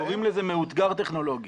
קוראים לזה מאותגר טכנולוגית.